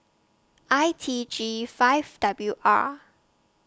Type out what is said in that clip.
I T G five W R